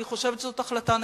אני חושבת שזו החלטה נכונה.